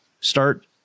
Start